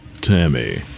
Tammy